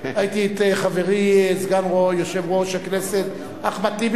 ראיתי את חברי סגן יושב-ראש הכנסת אחמד טיבי